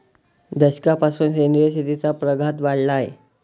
दशकापासून सेंद्रिय शेतीचा प्रघात वाढला आहे